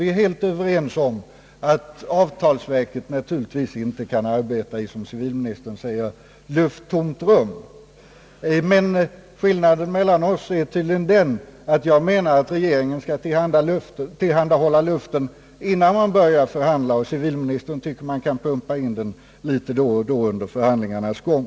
Vi är helt överens om att avtaisverket naturligtvis inte kan arbeta i ett, som civilministern uttrycker det, lufttomt rum, men skillnaden mellan oss är tydligen den att jag menar att regeringen skall tillhandahålla luften innan man börjar förhandla, medan civilministern tycker att man kan pumpa in den litet då och då under förhandlingarnas gång.